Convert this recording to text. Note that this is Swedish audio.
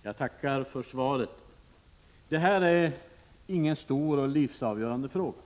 Herr talman! Jag tackar för svaret. Det här är ingen stor och livsavgörande fråga.